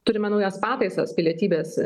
turime naujas pataisas pilietybės